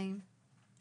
וכולם עם הרבה מאוד